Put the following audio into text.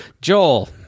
Joel